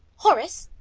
horace,